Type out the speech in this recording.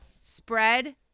spread